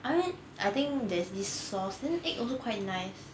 I mean I think there's this sauce then egg also quite nice